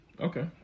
Okay